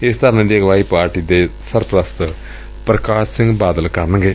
ਇਸ ਧਰਨੇ ਦੀ ਅਗਵਾਈ ਪਾਰਟੀ ਦੇ ਸਰਪੁਸਤ ਪੁਕਾਸ਼ ਸਿੰਘ ਬਾਦਲ ਕਨਰਗੇ